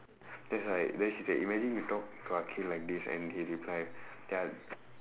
then it's like then she said imagine you talk to akhil like this and he reply their